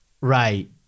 right